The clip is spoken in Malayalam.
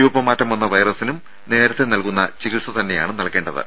രൂപമാറ്റം വന്ന വൈറസിനും നേരത്തെ നൽകുന്ന ചികിത്സ തന്നെയാണ് നൽകേണ്ടത്